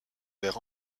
vers